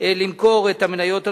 למכור את המניות הנוספות.